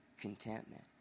contentment